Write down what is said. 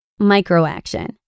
Microaction